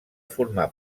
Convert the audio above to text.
formar